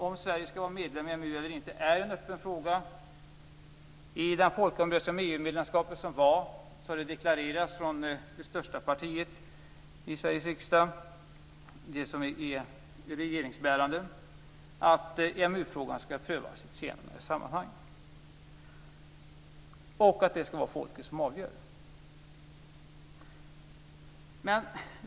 Om Sverige skall vara medlem i EMU eller inte är en öppen fråga. I folkomröstningen om EU-medlemskapet deklarerade det största partiet i Sveriges riksdag - det regeringsbärande partiet - att EMU-frågan skulle prövas i ett senare sammanhang och att det var svenska folket som skulle avgöra frågan.